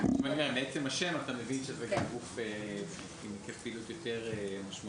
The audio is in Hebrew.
מעצם השם אתה מבין שזה כרוך בהיקף פעילות יותר משמעותי.